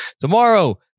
tomorrow